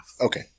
Okay